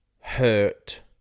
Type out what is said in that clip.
hurt